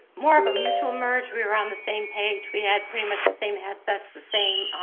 more of a mutual merge. we were on the same page. we had pretty much the same assets, the same